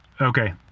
okay